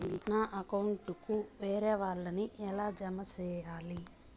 నా అకౌంట్ కు వేరే వాళ్ళ ని ఎలా జామ సేయాలి?